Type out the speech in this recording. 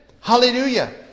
Hallelujah